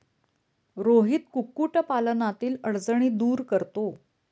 रोहित कुक्कुटपालनातील अडचणी दूर करतो